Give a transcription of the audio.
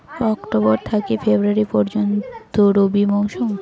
October থাকি February পর্যন্ত রবি মৌসুম